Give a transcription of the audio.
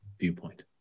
viewpoint